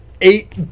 eight